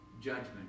judgment